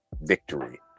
victory